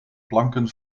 planken